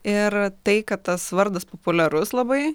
ir tai kad tas vardas populiarus labai